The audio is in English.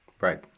Right